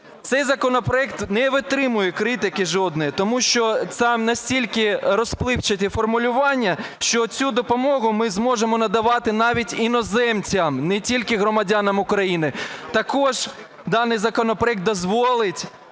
цей законопроект не витримує критики жодної, тому що там настільки розпливчаті формулювання, що цю допомогу ми зможемо надавати навіть іноземцям, не тільки громадянам України. Також даний законопроект дозволить